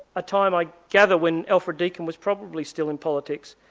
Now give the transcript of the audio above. a time i gather when alfred deakin was probably still in politics,